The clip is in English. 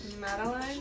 Madeline